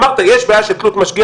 אמרת: יש בעיה של משגיח-מושגח?